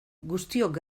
guztiok